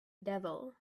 devil